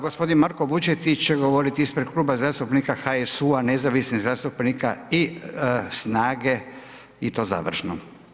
Gospodin Marko Vučetić će govoriti ispred Kluba zastupnika HSU-a, nezavisnih zastupnika i SNAGE i to završno.